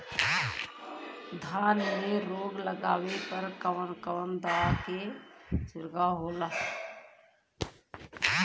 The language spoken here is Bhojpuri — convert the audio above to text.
धान में रोग लगले पर कवन कवन दवा के छिड़काव होला?